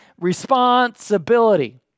responsibility